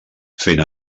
fent